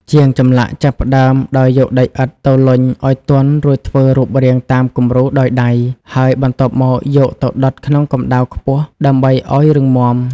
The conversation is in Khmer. ជាងចម្លាក់ចាប់ផ្ដើមដោយយកដីឥដ្ឋទៅលុញឱ្យទន់ រួចធ្វើរូបរាងតាមគំរូដោយដៃ ហើយបន្ទាប់មកយកទៅដុតក្នុងកម្ដៅខ្ពស់ដើម្បីឱ្យរឹងមាំ។